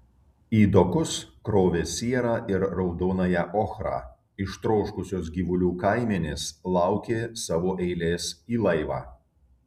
į dokus krovė sierą ir raudonąją ochrą ištroškusios gyvulių kaimenės laukė savo eilės į laivą